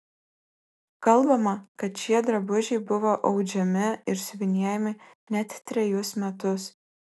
kalbama kad šie drabužiai buvo audžiami ir siuvinėjami net trejus metus